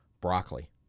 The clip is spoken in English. broccoli